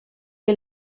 que